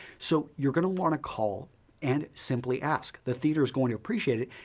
so you're going to want to call and simply ask. the theater is going to appreciate it.